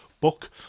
book